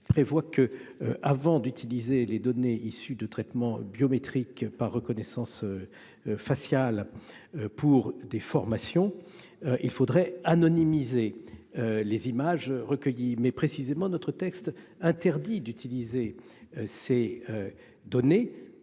prévoir que, avant d'utiliser les données issues de traitement biométrique par reconnaissance faciale pour des formations, il faudrait anonymiser les images recueillies. Mais notre texte interdit précisément d'utiliser ces données